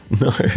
No